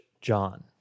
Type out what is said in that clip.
John